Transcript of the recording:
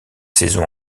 saison